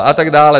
A tak dále.